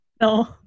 No